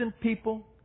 people